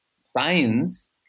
science